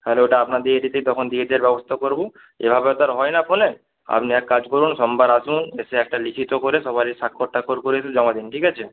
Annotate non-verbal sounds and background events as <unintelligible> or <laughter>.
তাহলে ওটা আপনাদের <unintelligible> তখন দিয়ে দেওয়ার ব্যবস্থা করব এভাবে তো আর হয় না ফোনে আপনি এক কাজ করুন সোমবার আসুন এসে একটা লিখিত করে সবারই স্বাক্ষর টাক্ষর করে এসে জমা দিন ঠিক আছে